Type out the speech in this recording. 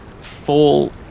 full